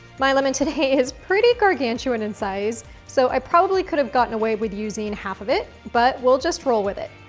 my lemon today is pretty gargantuan in size, so i probably could've gotten away with using half of it, but we'll just roll with it.